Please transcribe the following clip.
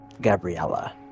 Gabriella